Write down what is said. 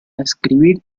escribir